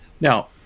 now